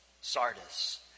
Sardis